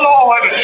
Lord